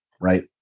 right